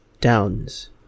Downs